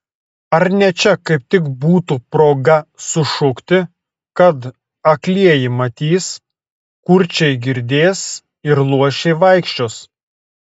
ar ne čia kaip tik būtų proga sušukti kad aklieji matys kurčiai girdės ir luošiai vaikščios